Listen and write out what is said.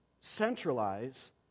centralize